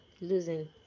losing